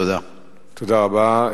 תודה רבה.